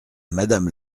madame